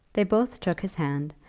they both took his hand,